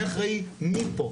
מי אחראי מפה,